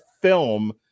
film